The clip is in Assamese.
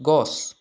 গছ